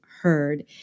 heard